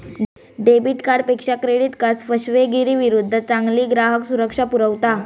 debit कार्डपेक्षा credit card फसवेगिरीविरुद्ध चांगली ग्राहक सुरक्षा पुरवता